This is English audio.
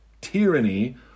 tyranny